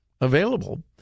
available